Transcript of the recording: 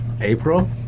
April